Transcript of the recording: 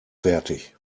fertig